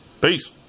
Peace